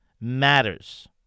matters